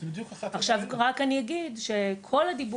עכשיו רק אני אגיד, שכל השיח